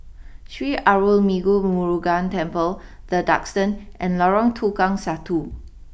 Sri Arulmigu Murugan Temple the Duxton and Lorong Tukang Satu